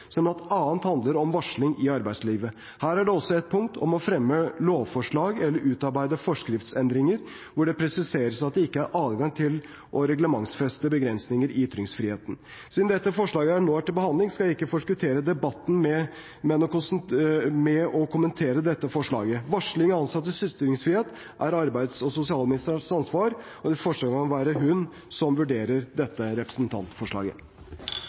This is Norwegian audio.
handler om varsling i arbeidslivet. Her er det også et punkt om å fremme lovforslag eller utarbeide forskriftsendringer hvor det presiseres at det ikke er adgang til å reglementsfeste begrensinger i ytringsfriheten. Siden dette forslaget nå er til behandling, skal jeg ikke forskuttere debatten med å kommentere dette forslaget. Varsling og ansattes ytringsfrihet er arbeids- og sosialministeren ansvar, og det vil i første omgang være hun som vurderer dette representantforslaget.